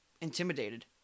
Intimidated